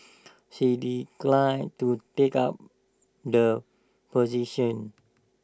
she declined to take up the position